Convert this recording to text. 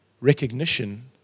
recognition